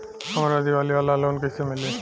हमरा दीवाली वाला लोन कईसे मिली?